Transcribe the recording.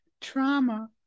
trauma